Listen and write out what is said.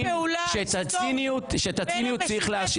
רגעים שאת הציניות צריך להשאיר בצד.